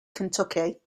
kentucky